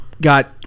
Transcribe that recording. got